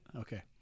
Okay